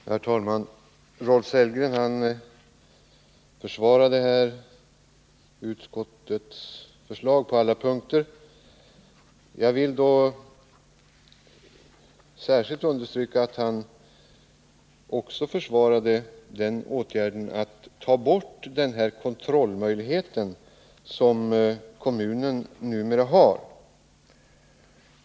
Herr talman! Rolf Sellgren försvarade utskottets förslag på alla punkter. Jag vill särskilt understryka att han också försvarade åtgärden att ta bort den kontrollmöjlighet som kommunerna numera har.